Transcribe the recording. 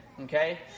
okay